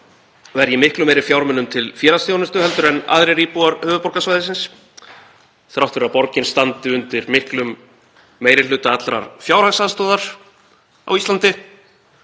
verji miklu meiri fjármunum til félagsþjónustu en aðrir íbúar höfuðborgarsvæðisins, þrátt fyrir að borgin standi undir miklum meiri hluta allrar fjárhagsaðstoðar á Íslandi